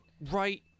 right